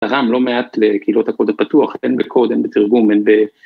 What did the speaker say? ‫תרם לא מעט לקהילות הקוד הפתוח, ‫הן בקוד, הן בתרגום, הן ב...